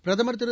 பிரதமர் திரு